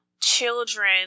children